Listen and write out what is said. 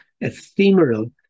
ephemeral